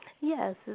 Yes